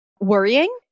worrying